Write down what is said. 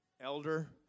elder